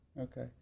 Okay